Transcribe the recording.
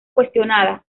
cuestionada